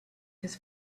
his